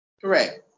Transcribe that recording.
correct